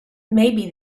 maybe